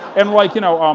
and like, you know, um